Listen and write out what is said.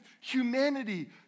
humanity